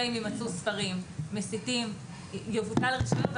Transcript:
ואם יימצאו ספרים מסיתים יבוטל הרישיון.